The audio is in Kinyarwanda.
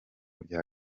bya